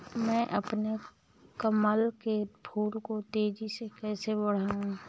मैं अपने कमल के फूल को तेजी से कैसे बढाऊं?